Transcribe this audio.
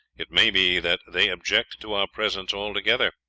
it may be that they object to our presence altogether,